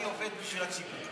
אני עובד בשביל הציבור.